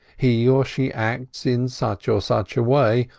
he or she acts in such or such a way,